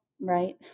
Right